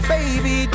Baby